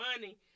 money